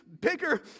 bigger